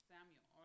Samuel